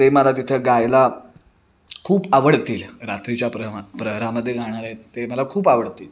ते मला तिथं गायला खूप आवडतील रात्रीच्या प्रमा प्रहरामध्ये गाणारे आहेत ते मला खूप आवडतील